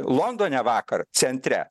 londone vakar centre